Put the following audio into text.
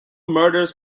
murders